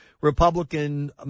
Republican